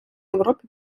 європі